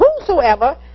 whosoever